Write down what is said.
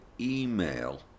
email